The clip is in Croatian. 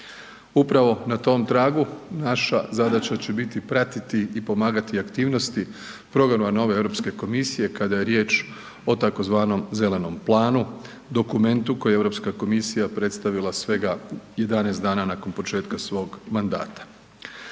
Upravo na tom tragu naša zadaća će biti pratiti i pomagati aktivnosti programa nove EU komisije kada je riječ o tzv. Zelenom planu, dokumentu koji je EU komisija predstavila svega 11 dana nakon početka svog mandata.